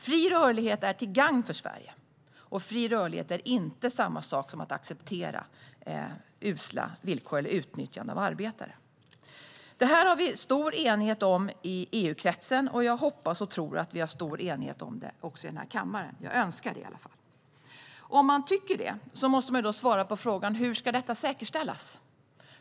Fri rörlighet är till gagn för Sverige, och fri rörlighet är inte samma sak som att acceptera usla villkor eller utnyttjande av arbetare. Detta har vi stor enighet om i EU-kretsen, och jag hoppas och tror att vi har stor enighet om det också i denna kammare. Jag önskar det i alla fall. Om man tycker det måste man svara på frågan: Hur ska detta säkerställas?